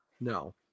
No